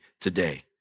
today